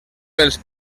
pels